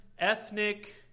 ethnic